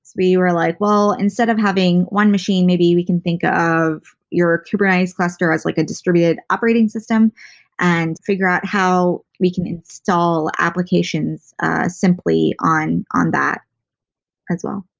we were like, well, instead of having one machine, maybe we can think of your kubernetes cluster as like a distributed operating system and figure out how we can install applications simply on on that as well.